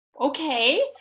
Okay